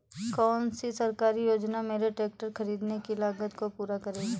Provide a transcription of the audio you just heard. कौन सी सरकारी योजना मेरे ट्रैक्टर ख़रीदने की लागत को पूरा करेगी?